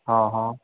हा हा